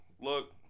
look